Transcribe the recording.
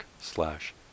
slash